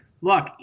look